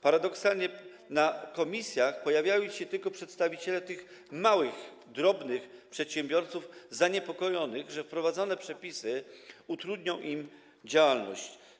Paradoksalnie na posiedzeniach komisji pojawiali się tylko przedstawiciele tych małych, drobnych przedsiębiorców zaniepokojonych, że wprowadzone przepisy utrudnią im działalność.